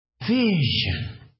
vision